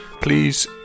Please